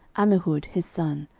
ammihud his son,